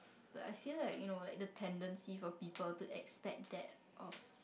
but I feel like you know like the tendency for people to expect that of